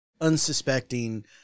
unsuspecting